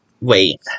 Wait